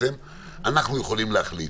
אנחנו יכולים להחליט.